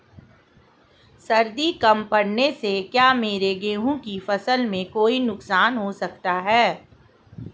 सर्दी कम पड़ने से क्या मेरे गेहूँ की फसल में कोई नुकसान हो सकता है?